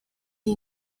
you